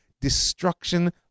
Destruction